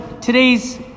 today's